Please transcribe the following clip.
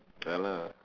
ya lah